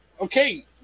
okay